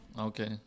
Okay